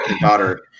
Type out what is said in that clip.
daughter